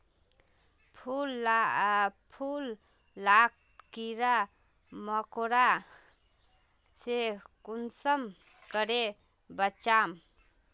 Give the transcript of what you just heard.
फूल लाक कीड़ा मकोड़ा से कुंसम करे बचाम?